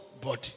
body